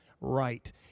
Right